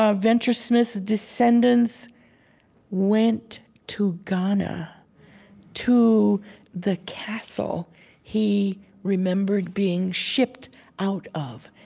um venture smith's descendants went to ghana to the castle he remembered being shipped out of.